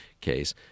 case